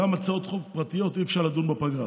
גם בהצעות חוק פרטיות אי-אפשר לדון בפגרה,